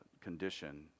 condition